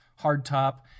hardtop